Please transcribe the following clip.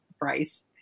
price